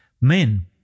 Men